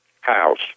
house